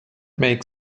make